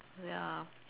ya